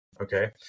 okay